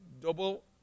double